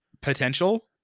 potential